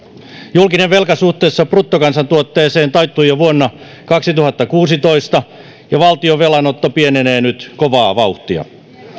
julkinen velka suhteessa bruttokansantuotteeseen taittui jo vuonna kaksituhattakuusitoista ja valtion velanotto pienenee nyt kovaa vauhtia